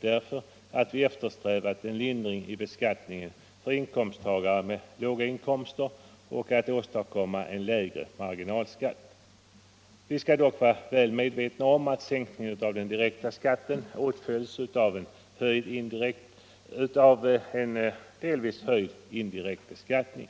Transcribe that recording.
därför att vi eftersträvar en lindring i beskattningen för inkomsttagare med låga inkomster och vill åstadkomma en lägre marginalskatt. Vi skall dock vara väl medvetna om att sänkningen av den direkta skatten åtföljs av en delvis höjd indirekt beskattning.